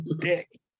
dick